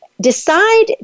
decide